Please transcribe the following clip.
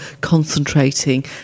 concentrating